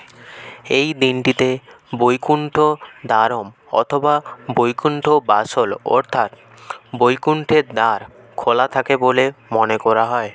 এই দিনটিতে বৈকুন্ঠ দ্বারম অথবা বৈকুন্ঠ বাসল অর্থাৎ বৈকুন্ঠের দ্বার খোলা থাকে বলে মনে করা হয়